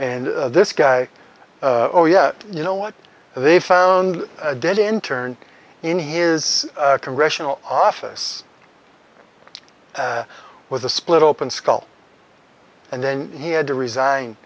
and this guy oh yeah you know what they found dead interned in his congressional office was a split open skull and then he had to resign